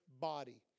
body